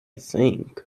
think